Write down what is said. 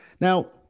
Now